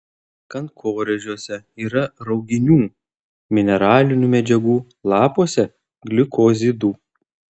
kankorėžiuose yra rauginių mineralinių medžiagų lapuose glikozidų